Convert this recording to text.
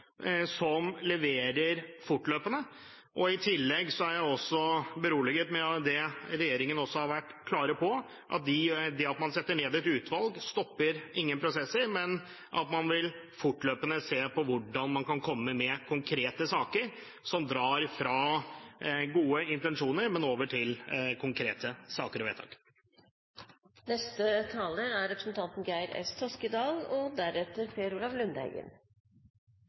som leverer fortløpende. I tillegg er jeg beroliget av det regjeringen har vært klare på: at det at man setter ned et utvalg ikke stopper noen prosesser, men at man fortløpende vil se på hvordan man kan komme med konkrete saker, slik at man fra gode intensjoner kommer over til konkrete saker og vedtak. En melding som bruker ordene «frihet» og